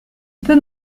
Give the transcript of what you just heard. peut